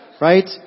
Right